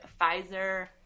pfizer